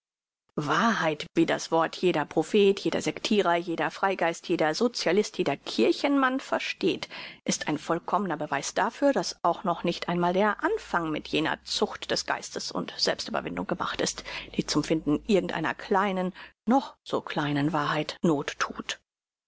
wahrheit wie das wort jeder prophet jeder sektirer jeder freigeist jeder socialist jeder kirchenmann versteht ist ein vollkommner beweis dafür daß auch noch nicht einmal der anfang mit jener zucht des geistes und selbstüberwindung gemacht ist die zum finden irgend einer kleinen noch so kleinen wahrheit noch thut